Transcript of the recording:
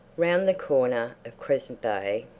round the corner of crescent bay,